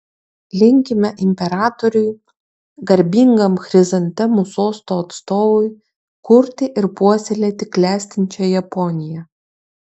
linkime imperatoriui garbingam chrizantemų sosto atstovui kurti ir puoselėti klestinčią japoniją